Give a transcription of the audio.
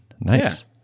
nice